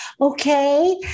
Okay